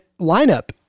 lineup